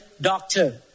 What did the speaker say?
doctor